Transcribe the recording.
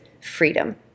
freedom